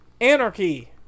Anarchy